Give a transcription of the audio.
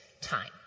time